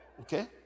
okay